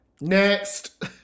next